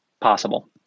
possible